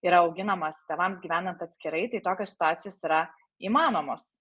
yra auginamas tėvams gyvenant atskirai tai tokios situacijos yra įmanomos